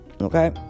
Okay